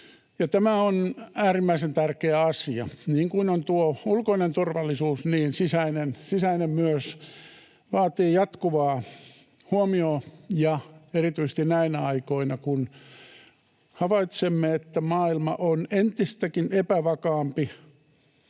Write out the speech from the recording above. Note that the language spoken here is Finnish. Tämä on äärimmäisen tärkeä asia, niin kuin on tuo ulkoinen turvallisuus, ja myös sisäinen vaatii jatkuvaa huomiota ja erityisesti näinä aikoina, kun havaitsemme, että maailma on entistäkin epävakaampi.